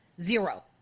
Zero